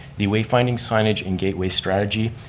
the wayfinding signage and gateway strategy,